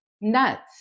nuts